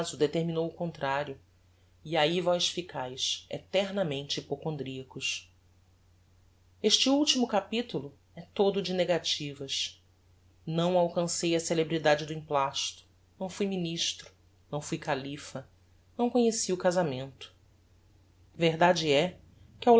determinou o contrario e ahi vos ficaes eternamente hypocondriacos este ultimo capitulo é todo de negativas não alcancei a celebridade do emplasto não fui ministro não fui califa não conheci o casamento verdade é que